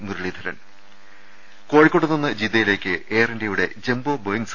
മുരളീധരൻ കോഴിക്കോട്ടുനിന്ന് ജിദ്ദയിലേക്ക് എയർ ഇന്ത്യയുടെ ജംബോ ബോയിംഗ്